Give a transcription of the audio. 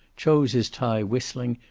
chose his tie whistling,